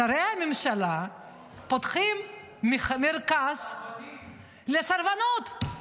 שרי הממשלה פותחים מרכז לסרבנות.